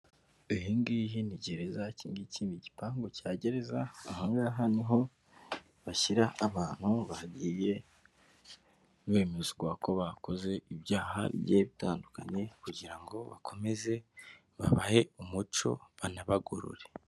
Iyi ngiyi ni gereza, iki ngiki ni igipangu cya gereza, ahangaha niho bashyira abantu bagiye bemezwa ko bakoze ibyaha bigiye bitandukanye kugira ngo bakomeze babahe umuco banabagorore.